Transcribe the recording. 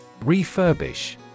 Refurbish